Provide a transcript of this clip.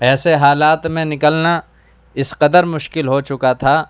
ایسے حالات میں نکلنا اس قدر مشکل ہو چکا تھا